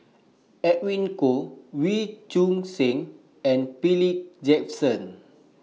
Edwin Koek Wee Choon Seng and Philip Jackson